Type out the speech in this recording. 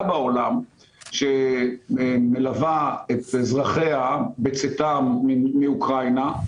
בעולם שמלווה את אזרחיה בצאתם מאוקראינה,